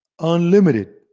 unlimited